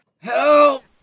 Help